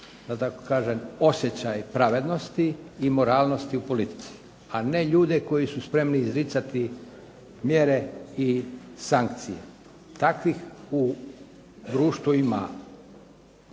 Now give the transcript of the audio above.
da tako kažem, osjećaj pravednosti i moralnosti u politici, a ne ljude koji su spremni izricati mjere i sankcije. Takvih u društvu ima